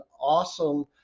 awesome